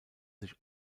sich